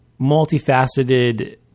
multifaceted